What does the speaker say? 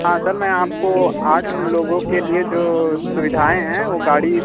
हाँ सर मैं आपको आठ लोगों के लिए जो सुविधाएं हैं वो गाड़ी